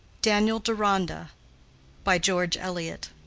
daniel deronda by george eliot